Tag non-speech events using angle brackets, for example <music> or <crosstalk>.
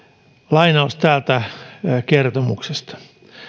lainaus täältä <unintelligible> kertomuksesta